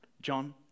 John